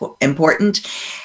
important